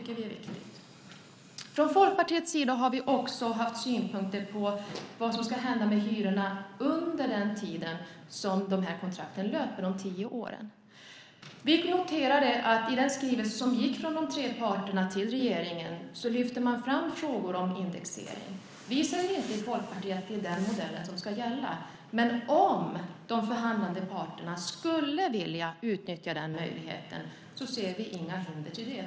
Från Folkpartiets sida har vi också haft synpunkter på vad som ska hända med hyrorna under den tid som de här kontrakten löper, de tio åren. Vi noterar att i den skrivelse som gick från de tre parterna till regeringen lyfte man fram frågor om indexering. Vi säger inte i Folkpartiet att det är den modellen som ska gälla, men om de förhandlande parterna skulle vilja utveckla den möjligheten ser vi inga hinder för det.